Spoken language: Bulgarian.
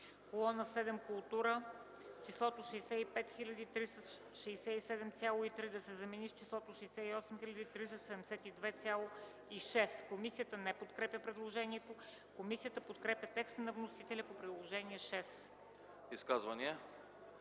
колона 7 култура – числото „65 367,3” да се замени с числото „68 372,6”. Комисията не подкрепя предложението. Комисията подкрепя текста на вносителя по Приложение № 6.